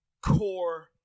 core